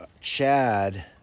Chad